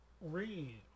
read